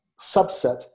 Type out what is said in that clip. subset